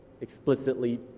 explicitly